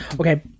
okay